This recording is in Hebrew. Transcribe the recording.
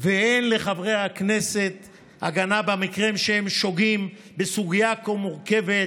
ואין לחברי הכנסת הגנה במקרים שהם שוגים בסוגיה כה מורכבת,